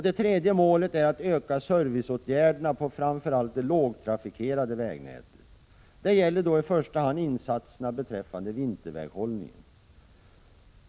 Det tredje målet är att öka serviceåtgärderna på framför allt det lågtrafikerade vägnätet. Det gäller i första hand insatserna beträffande vinterväghållningen.